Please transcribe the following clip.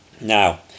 Now